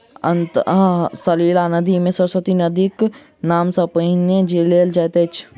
अंतः सलिला नदी मे सरस्वती नदीक नाम सब सॅ पहिने लेल जाइत अछि